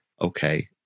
okay